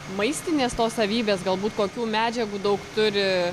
maistinės savybės galbūt tokių medžiagų daug turi